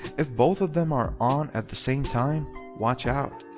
if both of them are on at the same time watch out.